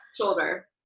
shoulder